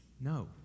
No